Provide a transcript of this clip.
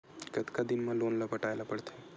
कतका दिन मा लोन ला पटाय ला पढ़ते?